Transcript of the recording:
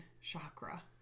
chakra